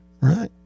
Right